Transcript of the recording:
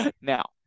Now